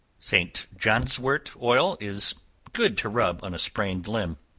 st. johnswort oil is good to rub on a sprained limb.